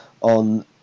on